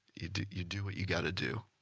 you do you do what you gotta do.